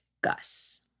Gus